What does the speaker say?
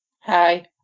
Hi